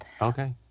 Okay